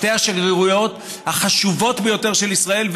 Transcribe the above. שתי השגרירויות החשובות ביותר של ישראל,